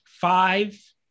five